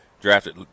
drafted